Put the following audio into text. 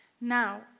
Now